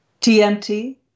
TMT